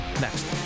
next